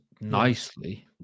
nicely